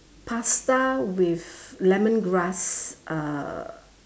pasta with lemongrass uh